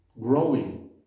growing